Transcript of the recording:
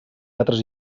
altres